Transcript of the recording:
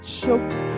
chokes